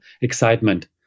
excitement